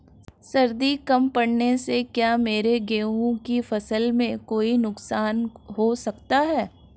सर्दी कम पड़ने से क्या मेरे गेहूँ की फसल में कोई नुकसान हो सकता है?